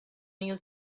new